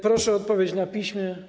Proszę o odpowiedź na piśmie.